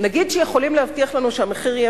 נגיד שיכולים להבטיח לנו שהמחיר יהיה